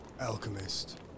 Alchemist